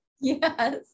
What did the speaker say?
Yes